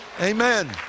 amen